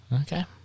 Okay